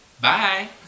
Bye